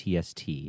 TST